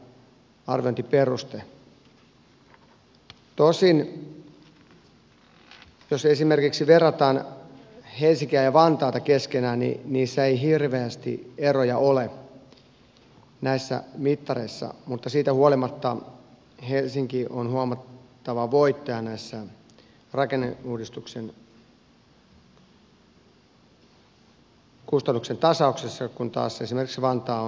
tosin jos verrataan esimerkiksi helsinkiä ja vantaata keskenään niin ei hirveästi eroja ole näissä mittareissa mutta siitä huolimatta helsinki on huomattava voittaja rakenneuudistuksen kustannusten tasauksessa kun taas esimerkiksi vantaa on häviäjä